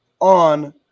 on